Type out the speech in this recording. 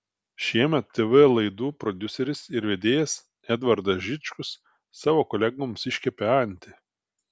šiemet tv laidų prodiuseris ir vedėjas edvardas žičkus savo kolegoms iškepė antį